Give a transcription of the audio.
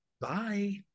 Bye